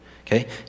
okay